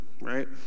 right